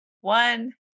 one